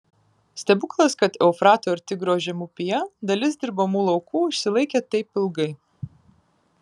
stebuklas kad eufrato ir tigro žemupyje dalis dirbamų laukų išsilaikė taip ilgai